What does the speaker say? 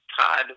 Todd